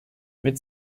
mit